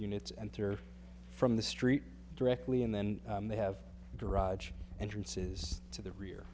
units enter from the street directly and then they have garage entrances to the rear